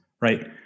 right